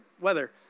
weather